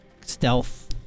stealth